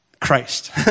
Christ